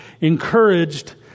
encouraged